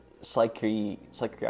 psychiatric